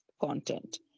content